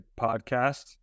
podcast